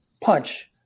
punch